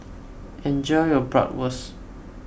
enjoy your Bratwurst